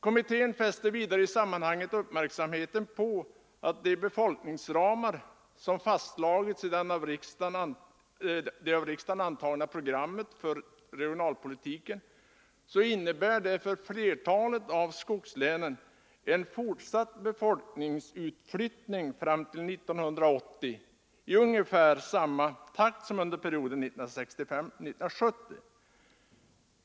Kommittén fäster i sammanhanget uppmärksamheten på att de befolkningsramar, som fastslagits i det av riksdagen antagna programmet för regionalpolitiken, för flertalet av skogslänen innebär fortsatt befolkningsutflyttning fram till 1980 i ungefär samma takt som under perioden 1965—1970.